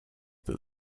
that